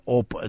op